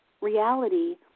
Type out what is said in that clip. reality